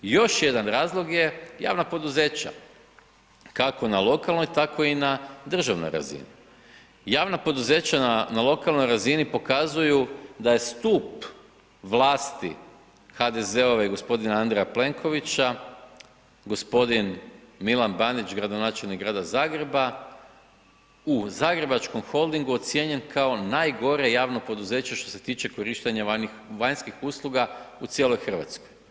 I još jedan razlog je javna poduzeća, kako na lokalnoj tako i na državnoj razini, javna poduzeća na lokalnoj razini pokazuju da je stup vlasti HDZ-ove i gospodina Andreja Plenkovića, gospodin Milan Bandić gradonačelnik Grada Zagreba, u Zagrebačkom holdingu ocijenjen kao najgore javno poduzeće što se tiče korištenja vanjskih usluga u cijeloj Hrvatskoj.